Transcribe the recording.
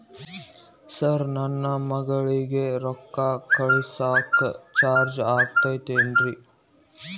Sir ನನ್ನ ಮಗಳಗಿ ರೊಕ್ಕ ಕಳಿಸಾಕ್ ಚಾರ್ಜ್ ಆಗತೈತೇನ್ರಿ?